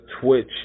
Twitch